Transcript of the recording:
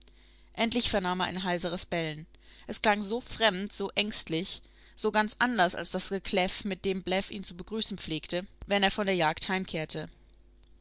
endlich vernahm er ein heiseres bellen es klang so fremd so ängstlich so ganz anders als das gekläff mit dem bläff ihn zu begrüßen pflegte wenn er von der jagd heimkehrte